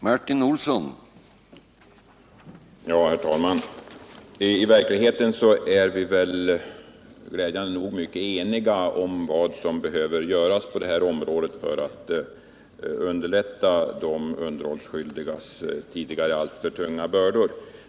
Herr talman! I verkligheten är vi glädjande nog mycket eniga om vad som behöver göras på detta område för att lätta de underhållsskyldigas tidigare alltför tunga bördor.